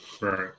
Right